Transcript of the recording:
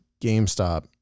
GameStop